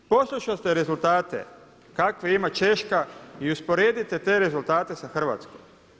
Poslušajte rezultate kakve ima Češka i usporedite te rezultate sa Hrvatskom.